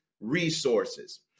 resources